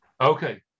Okay